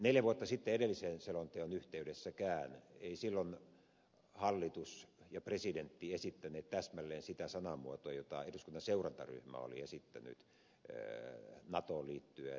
neljä vuotta sitten edellisen selonteon yhteydessäkään eivät hallitus ja presidentti esittäneet täsmälleen sitä sanamuotoa jota eduskunnan seurantaryhmä oli esittänyt natoon liittyen